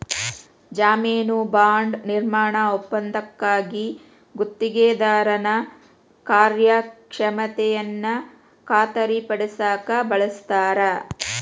ಜಾಮೇನು ಬಾಂಡ್ ನಿರ್ಮಾಣ ಒಪ್ಪಂದಕ್ಕಾಗಿ ಗುತ್ತಿಗೆದಾರನ ಕಾರ್ಯಕ್ಷಮತೆಯನ್ನ ಖಾತರಿಪಡಸಕ ಬಳಸ್ತಾರ